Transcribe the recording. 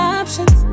options